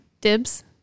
Dibs